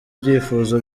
ibyifuzo